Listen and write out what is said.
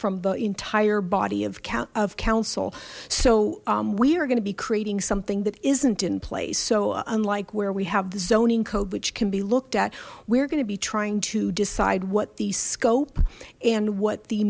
from the entire body of count of council so we are going to be creating something that isn't in place so unlike where we have the zoning code which can be looked at we're going to be trying to decide what the scope and what the